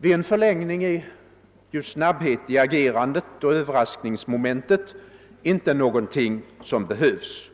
Vid en förlängning är ju snabbhet i agerandet och överraskningsmomentet inte någonting som behövs.